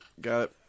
Got